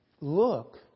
look